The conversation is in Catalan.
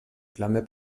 clama